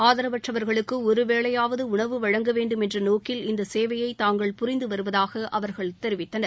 ஆதரவற்றவர்களுக்கு ஒருவேளையாவது உணவு வழங்க வேண்டும் என்ற நோக்கில் இந்த சேவையை தாங்கள் புரிந்துவருவதாக அவர்கள் தெரிவித்தனர்